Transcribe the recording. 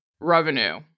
revenue